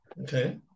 okay